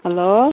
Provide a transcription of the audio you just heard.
hello